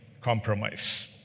Compromise